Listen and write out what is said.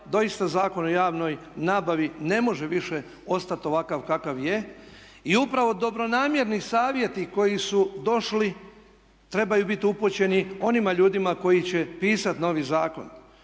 doista Zakon o javnoj nabavi ne može više ostati ovakav kakav je. I upravo dobronamjerni savjeti koji su došli trebaju bit upućeni onima ljudima koji će pisati novi zakon.